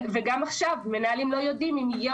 וגם עכשיו מנהלים לא יודעים אם יהיה